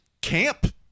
camp